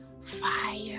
Fire